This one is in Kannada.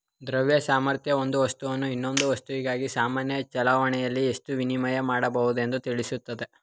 ದ್ರವ್ಯ ಸಾಮರ್ಥ್ಯ ಒಂದು ವಸ್ತುವನ್ನು ಇನ್ನೊಂದು ವಸ್ತುವಿಗಾಗಿ ಸಾಮಾನ್ಯ ಚಲಾವಣೆಯಾಗಿ ಎಷ್ಟು ವಿನಿಮಯ ಮಾಡಬಹುದೆಂದು ತಿಳಿಸುತ್ತೆ